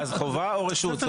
חובה או רשות.